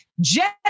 jet